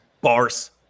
Bars